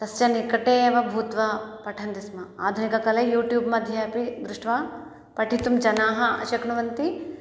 तस्य निकटे एव भूत्वा पठन्ति स्म आधुनिककाले युट्यूब्मध्ये अपि दृष्ट्वा पठितुं जनाः शक्नुवन्ति